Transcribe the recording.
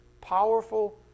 powerful